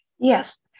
Yes